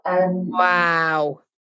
Wow